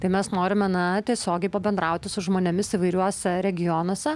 tai mes norime na tiesiogiai pabendrauti su žmonėmis įvairiuose regionuose